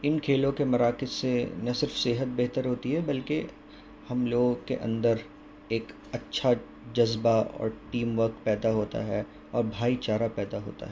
ان کھیلوں کے مراکز سے نہ صرف صحت بہتر ہوتی ہے بلکہ ہم لوگوں کے اندر ایک اچھا جذبہ اور ٹیم ورک پیدا ہوتا ہے اور بھائی چارہ پیدا ہوتا ہے